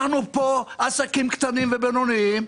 אנחנו פה עסקים קטנים ובינוניים,